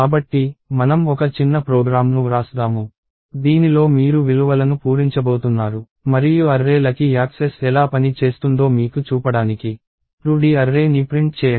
కాబట్టి మనం ఒక చిన్న ప్రోగ్రామ్ను వ్రాస్దాము దీనిలో మీరు విలువలను పూరించబోతున్నారు మరియు అర్రే లకి యాక్సెస్ ఎలా పని చేస్తుందో మీకు చూపడానికి 2D అర్రే ని ప్రింట్ చేయండి